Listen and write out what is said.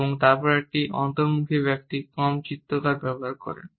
এবং তারপর একজন অন্তর্মুখী ব্যক্তি কম চিত্রকর ব্যবহার করেন